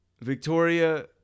Victoria